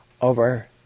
over